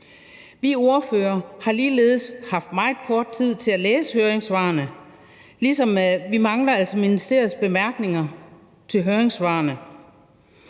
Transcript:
Vi ordførere har ligeledes haft meget kort tid til at læse høringssvarene, ligesom vi altså mangler ministeriets bemærkninger til høringssvarene.